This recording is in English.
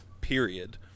period